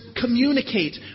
communicate